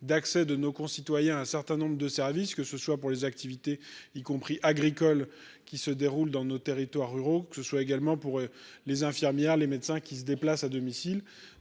d'accès de nos concitoyens, un certain nombre de services, que ce soit pour les activités, y compris agricoles qui se déroule dans nos territoires ruraux, que ce soit également pour les infirmières, les médecins qui se déplace à domicile,